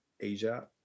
Asia